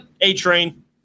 A-Train